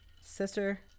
sister